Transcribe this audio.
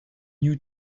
new